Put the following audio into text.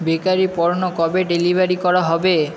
bakery পণ্য কবে delivery করা হবে